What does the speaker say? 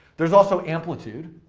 there's also amplitude.